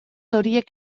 horiek